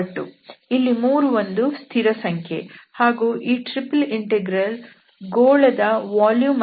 ಇಲ್ಲಿ 3 ಒಂದು ಸ್ಥಿರ ಸಂಖ್ಯೆ ಹಾಗೂ ಈ ಟ್ರಿಪಲ್ ಇಂಟೆಗ್ರಲ್ ಗೋಳ ದ ವಾಲ್ಯೂಮ್ ಅನ್ನು ಕೊಡುತ್ತದೆ